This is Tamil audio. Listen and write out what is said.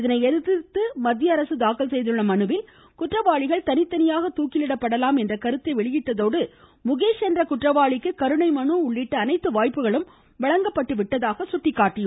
இதனை எதிர்த்து மத்தியஅரசு தாக்கல் செய்துள்ள மனுவில் குற்றவாளிகள் தனித்தனியாக தூக்கிலிடப்படலாம் என்ற கருத்தை வெளியிட்டதோடு முகேஷ் குற்றவாளிக்கு கருணை மனு உள்ளிட்ட என்ற அனைத்து வாய்ப்புகளும் வழங்கப்பட்டு விட்டதாக சுட்டிக்காட்டி உள்ளது